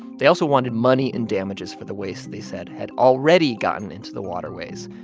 they also wanted money in damages for the waste they said had already gotten into the waterways,